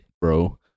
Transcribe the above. bro